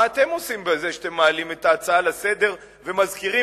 מה אתם עושים בזה שאתם מעלים את ההצעה לסדר-היום ומזכירים